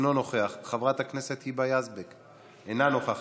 אינו נוכח,